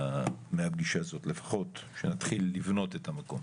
מהפגישה הזאת לפחות, שנתחיל לבנות את המקום.